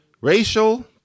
racial